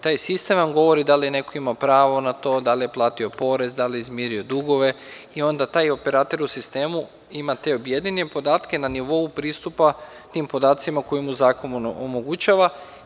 Taj sistem vam govori da li neko ima pravo na to, da li je platio porez, da li je izmirio dugove i onda taj operater u sistemu ima te objedinjene podatke na nivou pristupa tim podacima koje mu zakon omogućava.